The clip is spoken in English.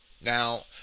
Now